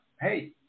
hey